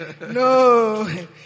No